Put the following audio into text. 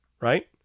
right